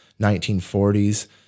1940s